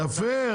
יפה.